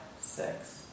six